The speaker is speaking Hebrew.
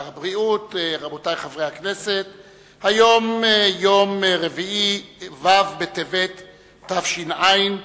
רבותי חברי הכנסת, היום יום רביעי, ו' בטבת התש"ע,